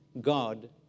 God